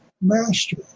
master